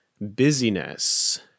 busyness